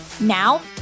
Now